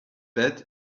bet